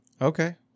okay